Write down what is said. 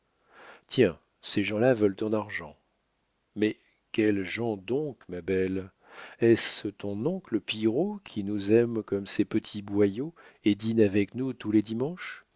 tiens ces gens-là veulent ton argent mais quelles gens donc ma belle est-ce ton oncle pillerault qui nous aime comme ses petits boyaux et dîne avec nous tous les dimanches